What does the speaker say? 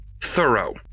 thorough